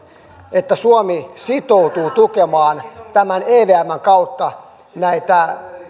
että suomi sitoutuu tukemaan tämän evmn kautta näitä